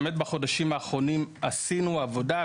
בחודשים האחרונים עשינו באמת עבודה,